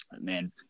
man